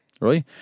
Right